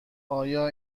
آیا